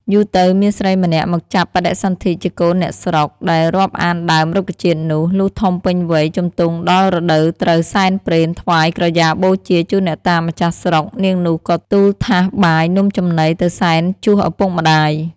យូរទៅមានស្រីម្នាក់មកចាប់បដិសន្ធិជាកូនអ្នកស្រុក ដែលរាប់អានដើម រុក្ខជាតិនោះ លុះធំពេញវ័យជំទង់ដល់រដូវត្រូវសែនព្រេនថ្វាយក្រយ៉ាបូជាជូនអ្នកតាម្ចាស់ស្រុក នាងនោះក៏ទូលថាស បាយនំចំណីទៅសែនជួសឪពុកម្ដាយ ។